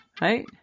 Right